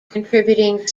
contributing